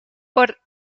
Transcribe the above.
por